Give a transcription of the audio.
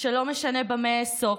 שלא משנה במה אעסוק,